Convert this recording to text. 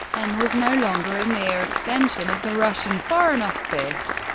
and was no longer a mere extension of the russian foreign office.